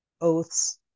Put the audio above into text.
oaths